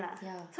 ya